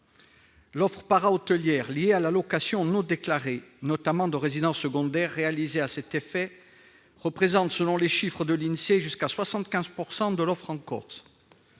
L'offre para-hôtelière, liée à la location non déclarée, notamment de résidences secondaires réalisées à cet effet, représente, selon les chiffres de l'INSEE, jusqu'à 75 % de l'offre en Corse.